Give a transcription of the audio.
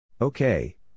Okay